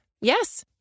Yes